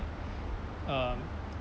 um